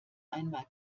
einmal